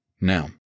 Now